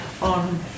on